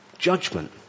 Judgment